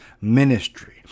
ministry